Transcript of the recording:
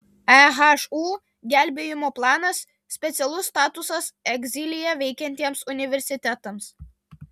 ehu gelbėjimo planas specialus statusas egzilyje veikiantiems universitetams